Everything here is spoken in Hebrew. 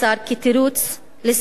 כתירוץ לסגירת תיקים.